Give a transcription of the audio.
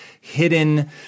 Hidden